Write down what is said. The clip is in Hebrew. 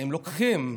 האם לוקחים?